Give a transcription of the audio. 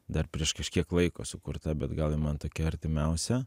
dar prieš kažkiek laiko sukurta bet gal ji man tokia artimiausia